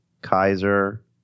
Kaiser